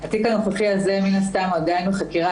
התיק הנוכחי הזה מן הסתם עדיין בחקירה.